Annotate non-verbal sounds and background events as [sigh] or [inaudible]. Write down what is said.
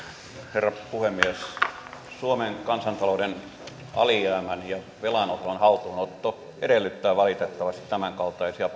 herra puhemies suomen kansantalouden alijäämän ja velanoton haltuunotto edellyttää valitettavasti tämänkaltaisia [unintelligible]